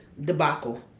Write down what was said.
debacle